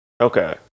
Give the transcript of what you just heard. Okay